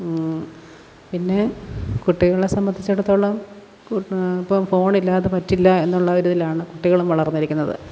പിന്നെ കുട്ടികളെ സംബന്ധിച്ചിടത്തോളം കു ഇപ്പോൾ ഫോൺ ഇല്ലാതെ പറ്റില്ല എന്നുള്ള ഒരു രീതിയിലാണ് കുട്ടികളും വളർന്നിരിക്കുന്നത്